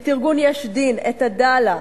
את ארגון "יש דין", את "עדאלה",